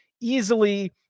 easily